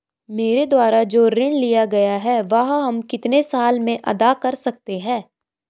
मेरे द्वारा जो ऋण लिया गया है वह हम कितने साल में अदा कर सकते हैं?